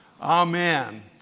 Amen